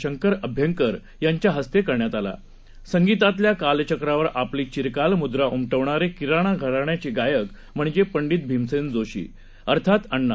शंकरअभ्यंकरयांच्याहस्तेकरण्यातआला संगीतातल्याकालचक्रावरआपलीचिरकालमुद्राउमटवणारेकिराणाघराण्याचेगायकम्हणजेपंडितभीमसेनजोशीअर्थातअण्णा